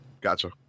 Gotcha